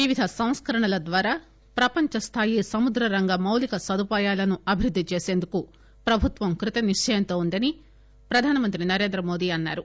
వివిధ సంస్కరణల ద్వారా ప్రపంచ స్థాయి సముద్ర రంగ మౌలిక సదుపాయాలను అభివృద్ది చేసేందుకు ప్రభుత్వం కృత నిశ్చయంతో ఉందని ప్రధానమంత్రి నరేంద్ర మోదీ అన్నారు